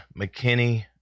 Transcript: McKinney